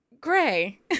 gray